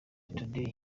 today